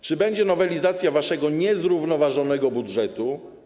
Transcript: Czy będzie nowelizacja waszego niezrównoważonego budżetu?